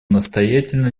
настоятельно